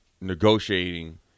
negotiating –